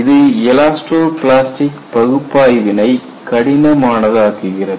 இது elastoplastic பகுப்பாய்வி னை கடினமானதாக்குகிறது